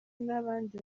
n’abandi